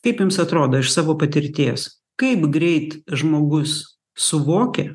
kaip jums atrodo iš savo patirties kaip greit žmogus suvokia